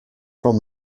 from